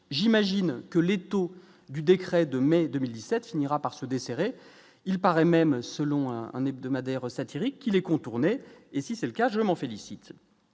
j'imagine que les taux du décret de mai 2017 finira par se desserrer, il paraît même selon un hebdomadaire satirique qui les contourner et si c'est le cas, je m'en félicite,